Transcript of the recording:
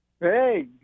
Hey